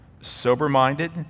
sober-minded